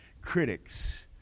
Critics